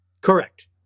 Correct